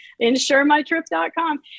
InsureMyTrip.com